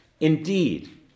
Indeed